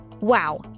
Wow